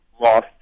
lost